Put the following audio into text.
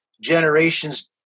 generations